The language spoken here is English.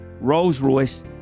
rolls-royce